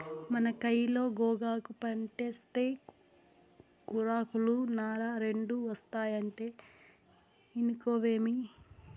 మన కయిలో గోగాకు పంటేస్తే కూరాకులు, నార రెండూ ఒస్తాయంటే ఇనుకోవేమి